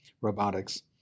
robotics